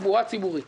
לתחבורה ציבורית